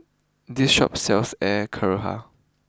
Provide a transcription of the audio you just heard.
this Shop sells Air Karthira